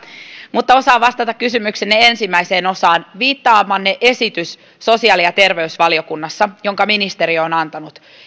mutta osaan vastata kysymyksenne ensimmäiseen osaan mainitsemanne esitys sosiaali ja terveysvaliokunnassa jonka ministeriö on antanut